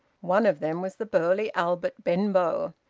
one of them was the burly albert benbow.